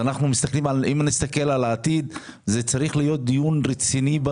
זה לב העניין של כל הדיון הזה.